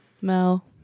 Mel